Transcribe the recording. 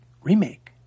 remake